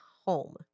home